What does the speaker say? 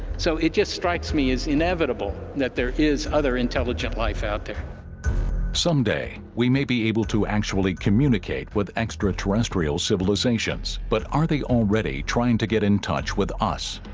so it just strikes me is inevitable that there is other intelligent life out there someday we may be able to actually communicate with extraterrestrial civilizations, but are they already trying to get in touch with us